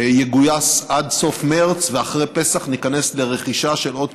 יגויס עד סוף מרס ואחרי פסח ניכנס לרכישה של עוד